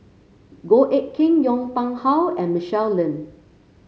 Goh Eck Kheng Yong Pung How and Michelle Lim